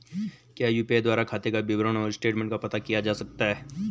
क्या यु.पी.आई द्वारा खाते का विवरण और स्टेटमेंट का पता किया जा सकता है?